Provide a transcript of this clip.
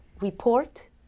report